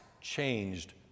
changed